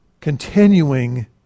continuing